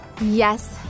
Yes